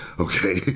Okay